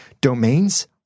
Domains